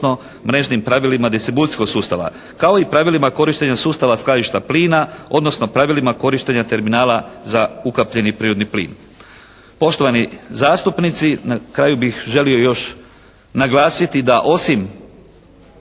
odnosno mrežnim pravilima distribucijskog sustava, kao i pravilima korištenja sustava skladišta plina odnosno pravilima korištenja terminala za ukapljeni prirodni plin. Poštovani zastupnici na kraju bih želio još naglasiti da osim